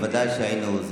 ודאי שהיינו,